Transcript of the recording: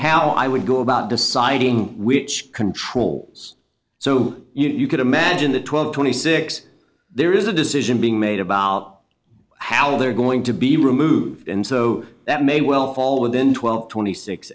how i would go about deciding which controls so you could imagine the twelve twenty six there is a decision being made about how they're going to be removed and so that may well fall within twelve twenty six